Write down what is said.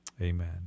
amen